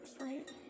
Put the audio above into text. right